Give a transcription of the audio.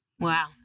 Wow